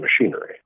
machinery